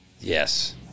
Yes